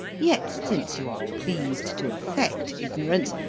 yet since you are pleased to affect ignorance,